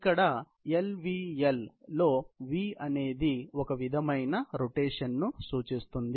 ఇక్కడ L V L లో V అనేది ఒక విధమైన రొటేషన్ ను సూచిస్తుంది